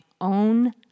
own